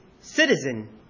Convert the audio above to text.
citizen